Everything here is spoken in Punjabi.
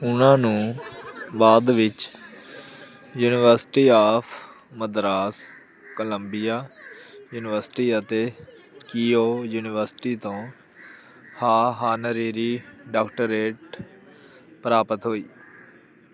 ਉਨ੍ਹਾਂ ਨੂੰ ਬਾਅਦ ਵਿੱਚ university of Madras Columbia university ਅਤੇ ਕੀਓ ਯੂਨੀਵਰਸਿਟੀ ਤੋਂ ਹਾ ਹਾਨਰੇਰੀ ਡਾਕਟਰੇਟ ਪ੍ਰਾਪਤ ਹੋਈ